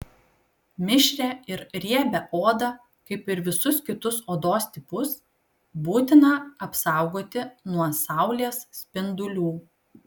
mišrią ir riebią odą kaip ir visus kitus odos tipus būtina apsaugoti nuo saulės spindulių